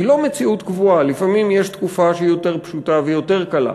לא מציאות קבועה: לפעמים יש תקופה שהיא יותר פשוטה ויותר קלה,